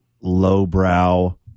lowbrow